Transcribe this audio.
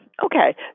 Okay